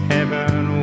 Heaven